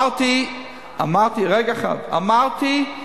--- רגע אחד, אמרתי,